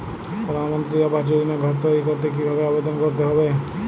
প্রধানমন্ত্রী আবাস যোজনায় ঘর তৈরি করতে কিভাবে আবেদন করতে হবে?